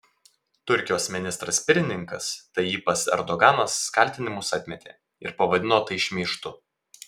turkijos ministras pirmininkas tayyipas erdoganas kaltinimus atmetė ir pavadino tai šmeižtu